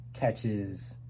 catches